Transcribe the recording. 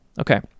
Okay